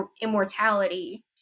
immortality